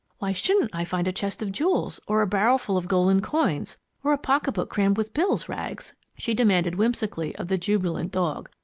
why shouldn't i find a chest of jewels or a barrel full of golden coins or a pocket-book crammed with bills, rags? she demanded whimsically of the jubilant dog.